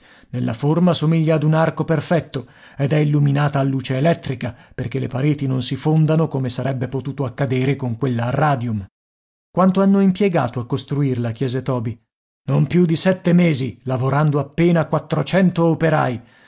nella forma somiglia ad un arco perfetto ed è illuminata a luce elettrica perché le pareti non si fondano come sarebbe potuto accadere con quella a radium quanto hanno impiegato a costruirla chiese toby non più di sette mesi lavorando appena operai